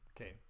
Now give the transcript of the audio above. Okay